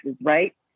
right